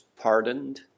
pardoned